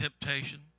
temptation